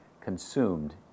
consumed